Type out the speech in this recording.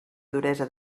duresa